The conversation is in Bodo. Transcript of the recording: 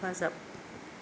हेफाजाब